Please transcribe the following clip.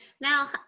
Now